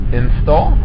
install